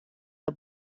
the